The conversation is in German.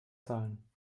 zahlen